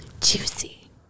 Juicy